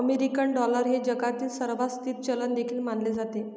American dollar हे जगातील सर्वात स्थिर चलन देखील मानले जाते